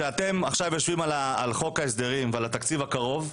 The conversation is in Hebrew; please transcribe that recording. כשאתם עכשיו יושבים על חוק ההסדרים ועל התקציב הקרוב,